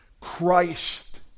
Christ